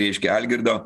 reiškia algirdo